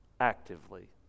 actively